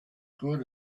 good